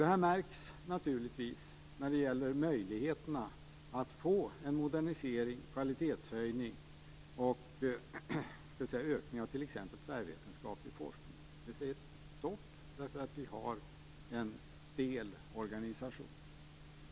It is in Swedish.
Detta märks naturligtvis när det gäller möjligheterna att få en modernisering, kvalitetshöjning och en ökning av t.ex. tvärvetenskaplig forskning. Det blir stopp, eftersom organisationen är stel.